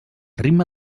ritme